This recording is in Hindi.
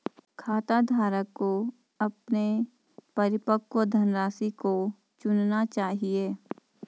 खाताधारक को अपने परिपक्व धनराशि को चुनना चाहिए